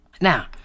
Now